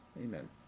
amen